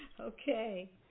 Okay